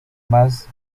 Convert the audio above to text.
más